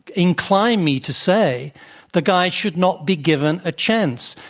incline me to say the guy should not be given a chance.